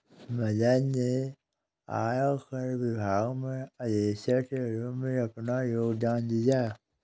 मदन ने आयकर विभाग में अधीक्षक के रूप में अपना योगदान दिया